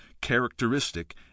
characteristic